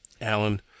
Alan